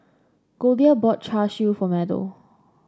Goldia bought Char Siu for Meadow